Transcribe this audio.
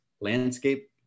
landscape